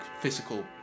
physical